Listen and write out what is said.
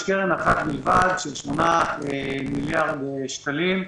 יש קרן אחת בלבד של 8 מיליארד שקלים.